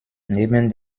neben